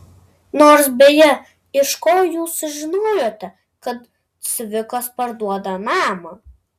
nors beje iš ko jūs sužinojote kad cvikas parduoda namą